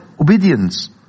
obedience